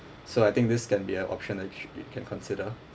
so I think this can be a option that shou~ you can consider